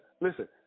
Listen